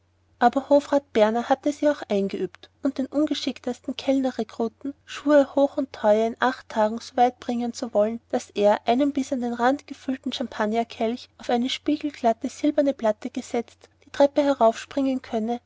aber hofrat berner hatte sie auch eingeübt und den ungeschicktesten kellnerrekruten schwur er hoch und teuer in acht tagen so weit bringen zu wollen daß er einen bis an den rand gefüllten champagnerkelch auf eine spiegelglatte silberne platte gesetzt die treppe heraufspringen könne